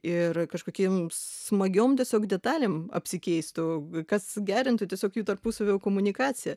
ir kažkokiom smagiom tiesiog detalėm apsikeistų kas gerintų tiesiog jų tarpusavio komunikaciją